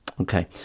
Okay